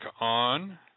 on